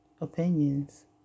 opinions